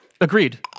Agreed